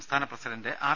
സംസ്ഥാന president R